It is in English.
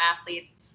athletes